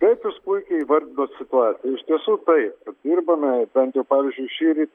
taip jūs puikiai įvardinot situaciją iš tiesų taip dirbame bent jau pavyzdžiui šįryt